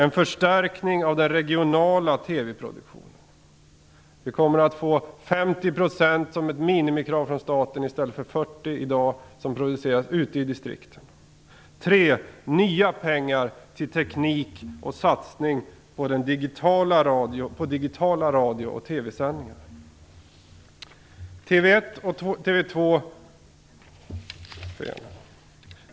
produktionen. Statens minimikrav kommer att vara att 50 % av programmen produceras ute i distrikten i stället för 40 % i dag.